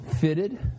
fitted